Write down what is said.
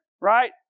right